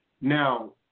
Now